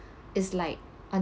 it's like the